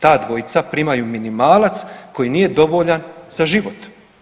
Ta dvojica primaju minimalac koji nije dovoljan za život.